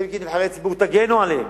אתם כנבחרי ציבור תגנו עליהם,